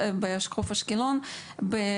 בחוף אשקלון,